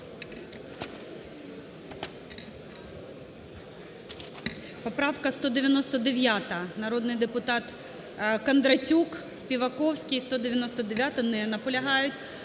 Поправка 199, народний депутат Кондратюк, Співаковський. 199-а. Не наполягають.